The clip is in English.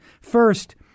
First